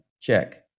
check